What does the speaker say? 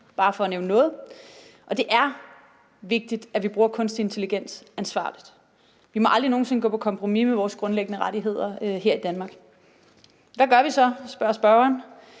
bare for at nævne noget. Og det er vigtigt, at vi bruger kunstig intelligens ansvarligt. Vi må aldrig nogen sinde gå på kompromis med vores grundlæggende rettigheder her i Danmark. Hvad gør vi så, spørger spørgeren?